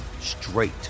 straight